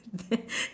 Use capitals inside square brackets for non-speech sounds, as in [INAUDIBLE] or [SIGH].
[LAUGHS]